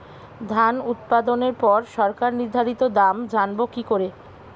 ধান উৎপাদনে পর সরকার নির্ধারিত দাম জানবো কি করে?